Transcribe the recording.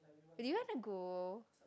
do you want to go